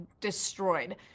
destroyed